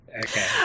Okay